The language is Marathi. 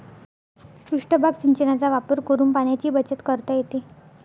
पृष्ठभाग सिंचनाचा वापर करून पाण्याची बचत करता येते